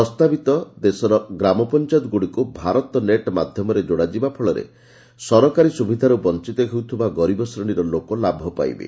ପ୍ରସ୍ତାବିତ ଦେଶର ଗ୍ରାମପଞାୟତଗୁଡ଼ିକ୍ ଭାରତ ନେଟ୍ ମାଧ୍ଘମରେ ଯୋଡ଼ାଯିବା ଫଳରେ ସରକାରୀ ସୁବିଧାରୁ ବଞ୍ଚିତ ହେଉଥିବା ଗରିବ ଶ୍ରେଶୀର ଲୋକ ଲାଭ ପାଇବେ